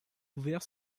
ouvert